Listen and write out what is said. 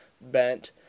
bent